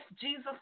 Jesus